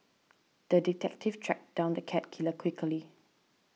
the detective tracked down the cat killer quickly